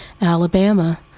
Alabama